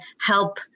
help